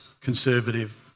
conservative